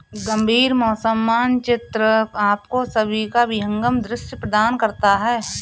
गंभीर मौसम मानचित्र आपको सभी का विहंगम दृश्य प्रदान करता है